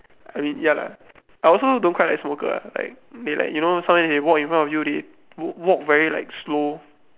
I mean ya lah I also don't quite like smokers lah like they like you know sometimes they walk in front of you they walk very like slow